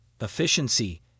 efficiency